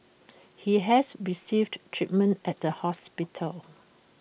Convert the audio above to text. he has received treatment at the hospital